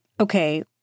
Okay